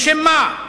לשם מה?